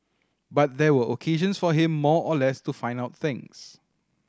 but they were occasions for him more or less to find out things